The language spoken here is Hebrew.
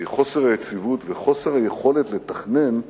מחוסר היציבות וחוסר היכולת לתכנן,